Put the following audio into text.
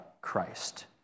Christ